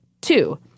Two